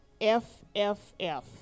FFF